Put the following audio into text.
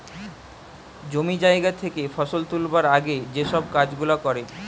জমি জায়গা থেকে ফসল তুলবার আগে যেই সব কাজ গুলা করে